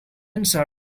answer